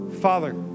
Father